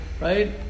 right